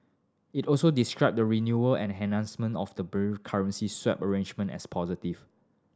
it also described the renewal and enhancement of the bilateral currency swap arrangement as positive